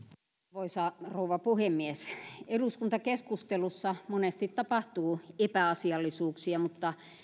arvoisa rouva puhemies eduskuntakeskustelussa monesti tapahtuu epäasiallisuuksia mutta